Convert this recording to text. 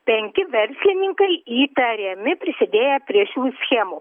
penki verslininkai įtariami prisidėję prie šių schemų